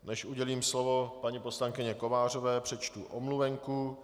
Než udělím slovo paní poslankyni Kovářové, přečtu omluvenku.